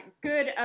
good